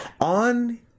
On